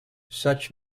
such